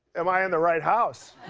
am i in the right house?